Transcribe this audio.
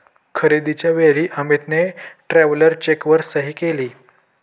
खरेदीच्या वेळी अमितने ट्रॅव्हलर चेकवर सही केली